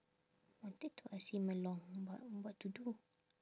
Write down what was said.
wanted to ask him along but what to do